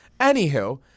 anywho